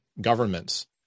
governments